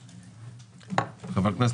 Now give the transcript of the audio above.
תתייחס.